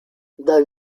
dal